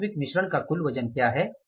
तो वास्तविक मिश्रण का कुल वजन क्या है